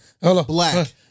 black